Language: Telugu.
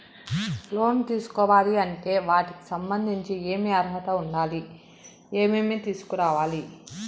లోను తీసుకోవాలి అంటే వాటికి సంబంధించి ఏమి అర్హత ఉండాలి, ఏమేమి తీసుకురావాలి